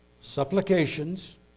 supplications